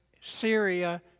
Syria